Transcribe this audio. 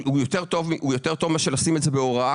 טוב מאשר לשים את זה בהוראה,